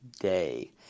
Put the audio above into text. day